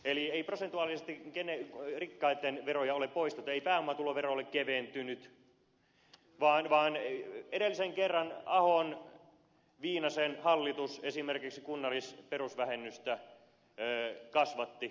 eli ei prosentuaalisesti rikkaitten veroja ole poistettu ei pääomatulovero ole keventynyt vaan edellisen kerran ahonviinasen hallitus esimerkiksi kunnallisperusvähennystä kasvatti